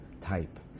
type